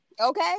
Okay